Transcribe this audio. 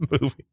movie